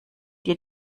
dir